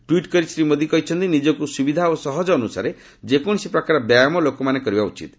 tweet କରି ଶ୍ରୀ ମୋଦି କହିଛନ୍ତି ନିକକୁ ସୁବିଧା ଓ ସହଜ ଅନୁସାରେ ଯେକୌଣସି ପ୍ରକାର ବ୍ୟାୟାମ ଲୋକମାନେ କରିବା ଉଚିତ୍